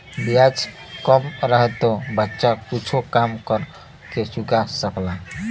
ब्याज कम रहे तो बच्चा कुच्छो काम कर के चुका सकला